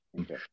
okay